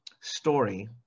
story